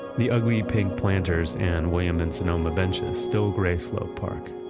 the ugly, pink planters and whim and sonoma benches still grace love park,